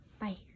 Bye